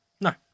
No